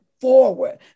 forward